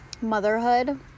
motherhood